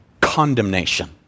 condemnation